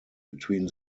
between